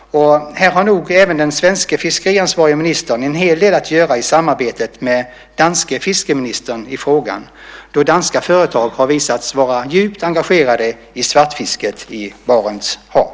Här har nog även den svenska fiskeriansvariga ministern en hel del att göra i samarbetet med den danska fiskeministern då danska företag har visat sig vara djupt engagerade i svartfisket i Barents hav.